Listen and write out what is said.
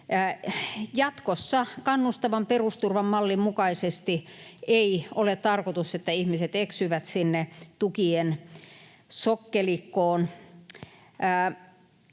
jatkossa kannustavan perusturvan mallin mukaisesti. Ei ole tarkoitus, että ihmiset eksyvät sinne tukien sokkelikkoon.